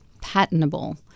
patentable